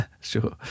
Sure